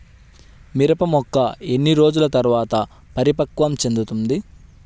మిరప మొక్క ఎన్ని రోజుల తర్వాత పరిపక్వం చెందుతుంది?